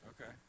Okay